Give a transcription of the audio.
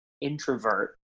introvert